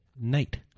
night